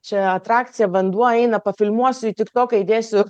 čia atrakcija vanduo eina pafilmuosiu į tiktoką įdėsiu